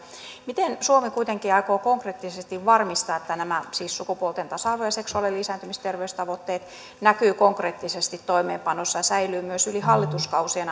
miten suomi kuitenkin aikoo konkreettisesti varmistaa että nämä siis sukupuolten tasa arvo ja seksuaali ja lisääntymisterveystavoitteet näkyvät konkreettisesti toimeenpanossa ja säilyvät myös yli hallituskausien